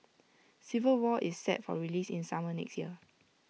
civil war is set for release in summer next year